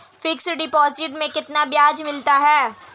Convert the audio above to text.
Fix deposit में कितना ब्याज मिलता है?